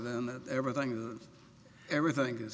that everything everything is